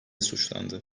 suçlandı